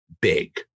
big